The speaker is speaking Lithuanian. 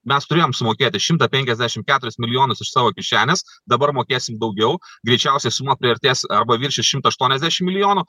mes turėjom sumokėti šimtą penkiasdešimt keturis milijonus iš savo kišenės dabar mokėsim daugiau greičiausiai suma priartės arba viršys šimtą aštuoniasdešim milijonų